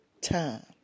time